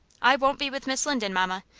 i won't be with miss linden, mamma.